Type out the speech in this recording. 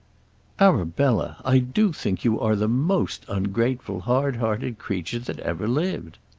arabella, i do think you are the most ungrateful, hard-hearted creature that ever lived.